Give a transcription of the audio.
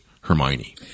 Hermione